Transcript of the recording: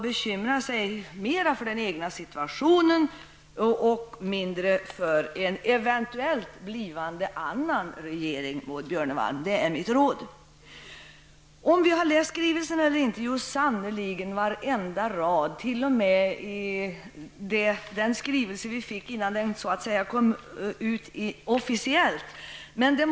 Bekymra sig mer för den egna situationen och mindre för en eventuellt blivande annan regering, Maud Björnemalm! Det är mitt råd. Maud Björnemalm frågar om jag har läst skrivelsen. Ja, sannerligen varenda rad. Jag har t.o.m. läst innehållet i den innan den officiellt kom ut.